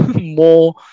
more